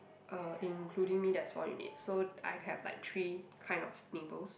uh including me there's four units so I have like three kind of neighbours